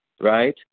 right